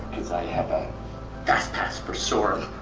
cause i have a fastpass for soarin'.